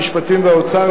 המשפטים והאוצר.